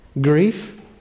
grief